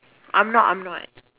I'm not I'm not